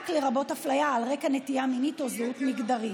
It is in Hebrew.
לרבות אפליה על רקע נטייה מינית או זהות מגדרית?